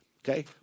Okay